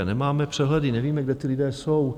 Nemáme přehledy, nevíme, kde ti lidé jsou.